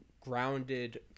grounded